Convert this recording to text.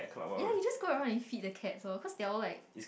ya you just go around and feed the cats loh cause they're all like